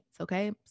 okay